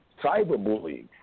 Cyberbullying